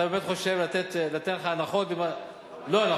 אתה באמת חושב שניתן לך הנחות, לא מגיע לי.